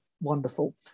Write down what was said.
Wonderful